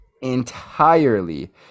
entirely